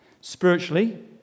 Spiritually